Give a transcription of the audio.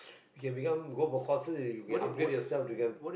you can become go for courses you can upgrade yourself become